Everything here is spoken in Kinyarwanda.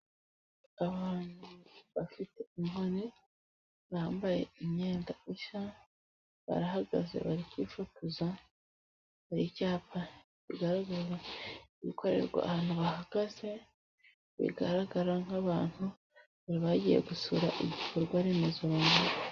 Abantu bafite inkoni. Bambaye imyenda isa. Barahagaze bari kwifotoza. Hari icyapa kigaragaza ibikorerwa ahantu bahagaze. Bigaragara nk'abantu bari bagiye gusura ibikorwaremezo. Aba....